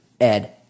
Ed